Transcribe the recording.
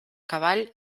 cavall